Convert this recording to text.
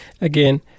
Again